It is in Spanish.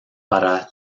para